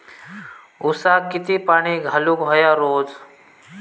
ऊसाक किती पाणी घालूक व्हया रोज?